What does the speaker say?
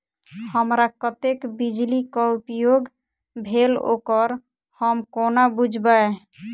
हमरा कत्तेक बिजली कऽ उपयोग भेल ओकर हम कोना बुझबै?